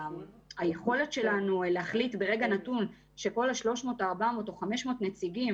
היכולת שלנו להחליט ברגע נתון שכל ה- 400-300 או 500 נציגים